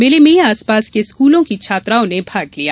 मेले में आसपास के स्कूलों की छात्राओं ने भाग लिया